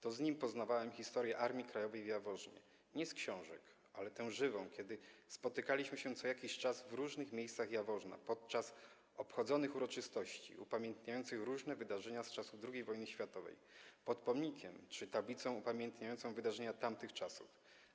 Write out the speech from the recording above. To z nim poznawałem historię Armii Krajowej w Jaworznie, nie z książek, ale tę żywą, kiedy spotykaliśmy się co jakiś czas w różnych miejscach Jaworzna, w trakcie obchodzonych uroczystości upamiętniających różne wydarzenia z czasów II wojny światowej, pod pomnikiem czy tablicą upamiętniającą wydarzenia tamtych czasów.